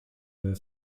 her